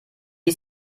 ist